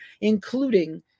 including